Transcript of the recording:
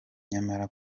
nyamara